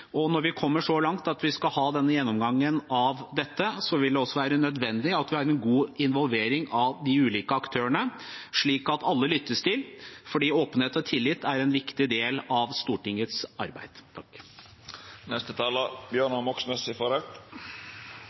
Når vi kommer så langt at vi skal ha denne gjennomgangen av dette, vil det også være nødvendig at vi har en god involvering av de ulike aktørene, slik at alle lyttes til, fordi åpenhet og tillit er en viktig del av Stortingets arbeid. Jeg får et snev av déjà vu i